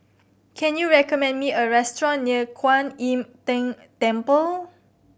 can you recommend me a restaurant near Kwan Im Tng Temple